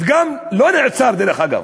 והוא גם לא נעצר, דרך אגב,